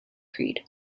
creed